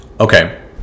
Okay